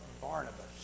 Barnabas